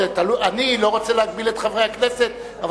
אני לא רוצה להגביל את חברי הכנסת אבל